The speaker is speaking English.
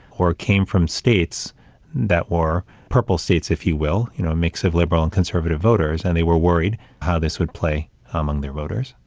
or came from states that were purple states, if you will, you know, mix of liberal and conservative voters, and they were worried how this would play among their voters.